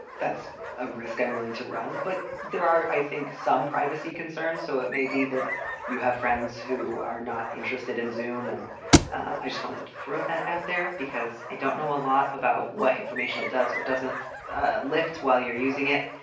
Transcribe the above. that's a risk i'm willing to run. but there are, i think, some privacy concerns. so it may be that you have friends who are not interested in zoom. and i just wanted to throw that out there because i don't know a lot about what information does or doesn't lift while you're using it.